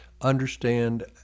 understand